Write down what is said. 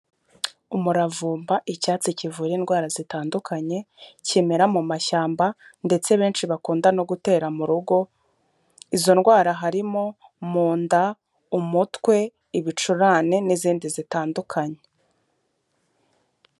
Umuravumba icyatsi kivura indwara zitandukanye, kimera mu mashyamba ndetse benshi bakunda no gutera mu rugo, izo ndwara harimo mu nda, umutwe, ibicurane n'izindi zitandukanye.